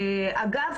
אגב,